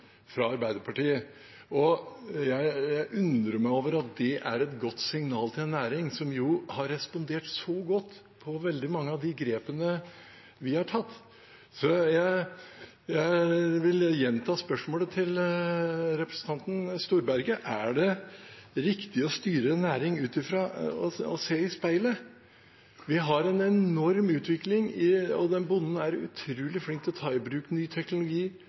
fra Arbeiderpartiet. Jeg undrer meg over at det er et godt signal til en næring som har respondert så godt på veldig mange av de grepene vi har tatt. Jeg vil gjenta spørsmålet til representanten Storberget: Er det riktig å styre en næring ut fra å se i speilet? Vi har en enorm utvikling, og bonden er utrolig flink til å ta i bruk ny teknologi,